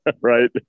Right